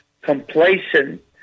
complacent